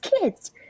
kids